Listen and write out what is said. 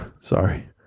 sorry